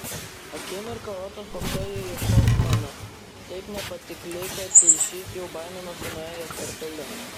akimirką oto spoksojo į hofmaną taip nepatikliai kad šis jau baiminosi nuėjęs per toli